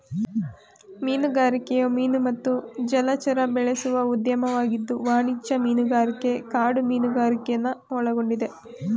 ಮೀನುಗಾರಿಕೆಯು ಮೀನು ಮತ್ತು ಜಲಚರ ಬೆಳೆಸುವ ಉದ್ಯಮವಾಗಿದ್ದು ವಾಣಿಜ್ಯ ಮೀನುಗಾರಿಕೆ ಕಾಡು ಮೀನುಗಾರಿಕೆನ ಒಳಗೊಂಡಿದೆ